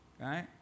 right